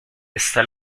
está